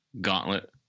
gauntlet